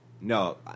no